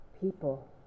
People